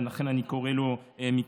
ולכן אני קורא לו מכאן,